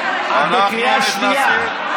את בקריאה שנייה.